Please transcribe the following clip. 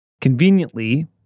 Conveniently